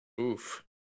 Oof